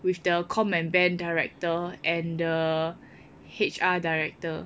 with the com and band director and the H_R director